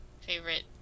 favorite